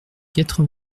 quatre